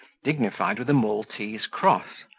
dignified with a maltese cross,